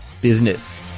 Business